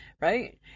Right